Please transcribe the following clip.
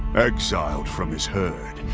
exiled from his herd,